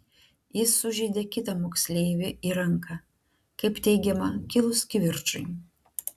jis sužeidė kitą moksleivį į ranką kaip teigiama kilus kivirčui